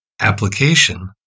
application